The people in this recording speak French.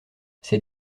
ces